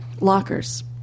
lockers